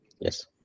Yes